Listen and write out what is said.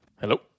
Hello